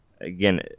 again